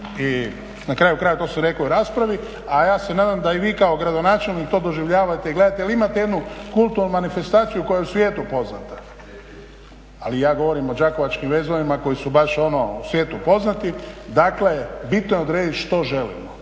kraju krajeva to sam rekao i u raspravi, a ja se nadam da i vi kao gradonačelnik to doživljavate i gledate jer imate jednu kulturnu manifestaciju koja je u svijetu poznata. … /Upadica se ne razumije./… Ali ja govorim o Đakovačkim vezovima koji su baš ono u svijetu poznati, dakle bitno je odrediti što želimo.